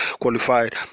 qualified